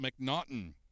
McNaughton